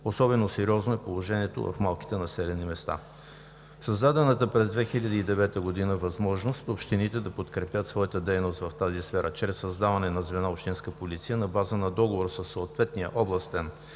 особено сериозно е положението в малките населени места. Създадената през 2009 г. възможност в общините да подкрепят своята дейност в тази сфера чрез създаване на звено „Общинска полиция“ на база на договор със съответния областен